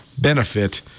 benefit